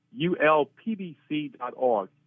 ULPBC.org